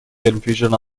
confusion